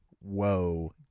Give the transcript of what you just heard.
Whoa